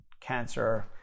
cancer